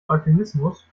euphemismus